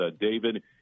David